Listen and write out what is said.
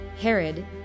Herod